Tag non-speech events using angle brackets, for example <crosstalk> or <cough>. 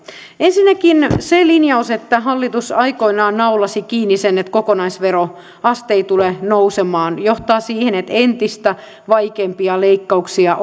ensinnäkin se linjaus että hallitus aikoinaan naulasi kiinni sen että kokonaisveroaste ei tule nousemaan johtaa siihen että entistä vaikeampia leikkauksia <unintelligible>